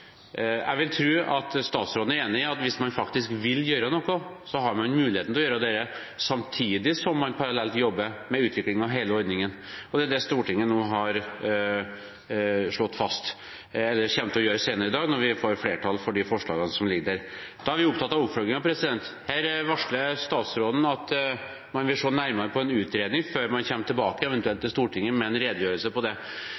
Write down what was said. Jeg vil tro at statsråden er enig i at hvis man faktisk vil gjøre noe, har man mulighet til å gjøre det samtidig som man jobber parallelt med utvikling av hele ordningen. Det er det Stortinget nå har slått fast – eller kommer til å gjøre senere i dag når vi får flertall for de forslagene som foreligger. Da er vi opptatt av oppfølgingen. Her varsler statsråden at man vil se nærmere på en utredning før man eventuelt kommer tilbake